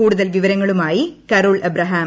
കൂടുതൽ വിവരങ്ങളുമായി Carol Abraham